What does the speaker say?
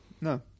No